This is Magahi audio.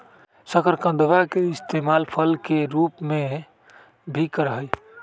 शकरकंदवा के इस्तेमाल फल के रूप में भी करा हई